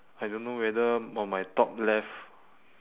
I don't know whether on my top left